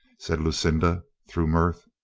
said lucinda through mirth.